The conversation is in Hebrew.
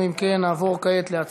אנחנו, אם כן, נעבור להצבעה,